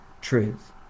truth